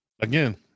again